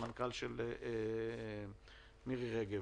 המנכ"ל של מירי רגב